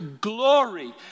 glory